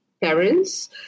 parents